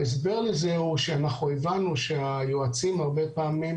ההסבר לזה הוא שאנחנו הבנו שהיועצים הרבה פעמים